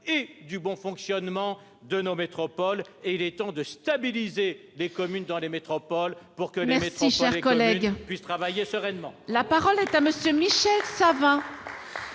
et le bon fonctionnement de nos métropoles. Il est temps de stabiliser la situation des communes au sein des métropoles, afin que les métropoles et les communes puissent travailler sereinement